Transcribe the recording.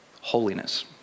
Holiness